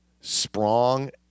Sprong